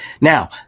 Now